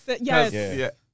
Yes